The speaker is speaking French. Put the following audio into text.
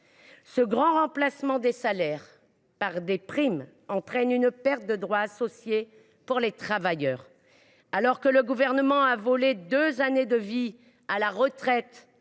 ce grand remplacement des salaires par des primes découle une perte de droits associés pour les travailleurs. Alors que le Gouvernement a volé deux années de vie à la retraite